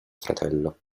fratello